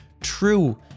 true